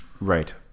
right